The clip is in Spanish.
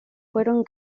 fueron